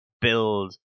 build